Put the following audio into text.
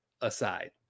aside